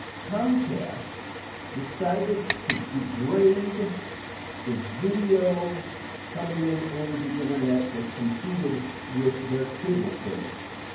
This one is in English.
comcast decided to degrade the video coming in over the internet that competed with their cable service.